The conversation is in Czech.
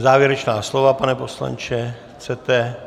Závěrečná slova, pane poslanče, chcete?